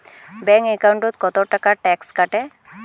Bank একাউন্টত কতো টাকা ট্যাক্স কাটে?